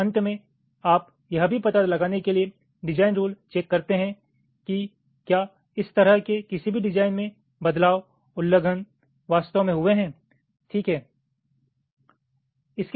तो अंत में आप यह भी पता लगाने के लिए डिज़ाइन रूल चेक करते हैं कि क्या इस तरह के किसी भी डिज़ाइन रूल में बदलाव उल्लंघन वास्तव में हुए हैं ठीक है